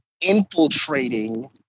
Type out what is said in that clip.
infiltrating